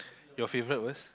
your favorite was